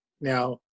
Now